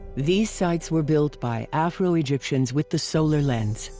these sites were built by afro egyptians with the solar lens.